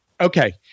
Okay